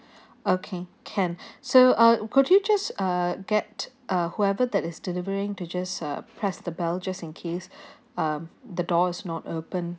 okay can so uh could you just uh get uh whoever that is delivering to just uh press the bell just in case um the door is not open